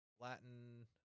Latin